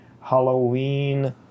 Halloween